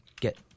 get